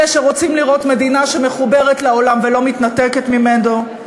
אלה שרוצים לראות מדינה שמחוברת לעולם ולא מתנתקת ממנו,